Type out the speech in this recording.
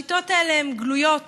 השיטות האלה גלויות,